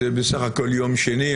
זה בסך הכול יום שני,